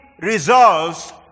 results